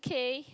kay